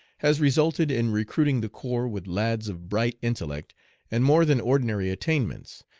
has resulted in recruiting the corps with lads of bright intellect and more than ordinary attainments,